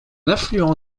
affluent